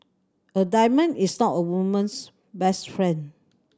a diamond is not a woman's best friend